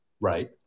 Right